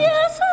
Yes